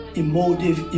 emotive